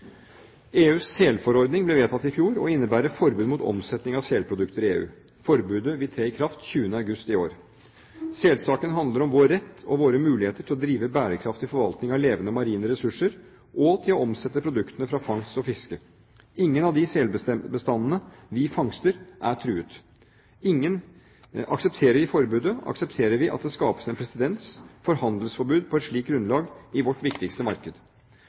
EUs selforordning ble vedtatt i fjor og innebærer forbud mot omsetning av selprodukter i EU. Forbudet vil tre i kraft 20. august i år. Selsaken handler om vår rett og våre muligheter til å drive bærekraftig forvaltning av levende marine ressurser og til å omsette produktene fra fangst og fiske. Ingen av de selbestandene vi fangster, er truet. Aksepterer vi forbudet, aksepterer vi at det skapes en presedens for handelsforbud på et slikt grunnlag i vårt viktigste marked.